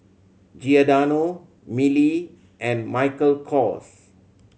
Giordano Mili and Michael Kors